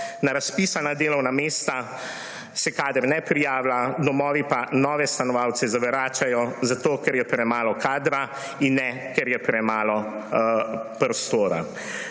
Na razpisana delovna mesta se kader ne prijavlja, domovi pa nove stanovalce zavračajo, ker je premalo kadra in ne, ker je premalo prostora.